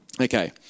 Okay